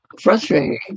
frustrating